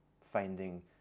finding